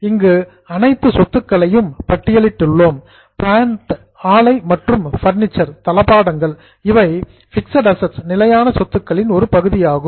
இங்கு அனைத்து அசட்ஸ் சொத்துக்களையும் பட்டியலிட்டுள்ளோம் பிளான்ட் ஆலை மற்றும் பர்னிச்சர் தளபாடங்கள் இவை பிக்சட் அசட்ஸ் நிலையான சொத்துக்களின் ஒரு பகுதியாகும்